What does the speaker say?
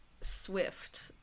Swift